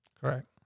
Correct